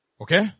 Okay